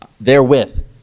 therewith